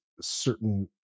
certain